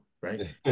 right